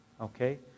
Okay